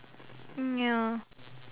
mm ya